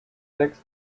next